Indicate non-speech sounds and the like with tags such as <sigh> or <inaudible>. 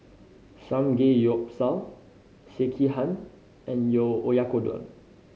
Samgeyopsal Sekihan and <unintelligible> Oyakodon